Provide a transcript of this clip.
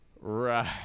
Right